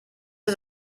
ist